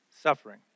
Suffering